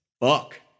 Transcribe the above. Fuck